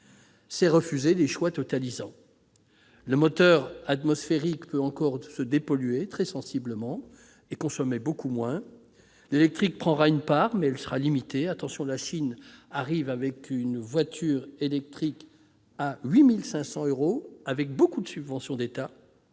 c'est écarter des choix totalisants. Le moteur atmosphérique peut encore être dépollué très sensiblement et consommer beaucoup moins. L'électrique prendra une part, mais elle sera limitée. Prenons garde : la Chine va présenter un véhicule électrique à 8 500 euros, grâce à de nombreuses subventions d'État.